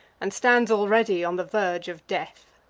and stands already on the verge of death.